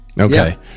Okay